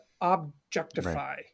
objectify